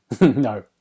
No